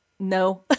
No